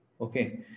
Okay